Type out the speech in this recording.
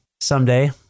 someday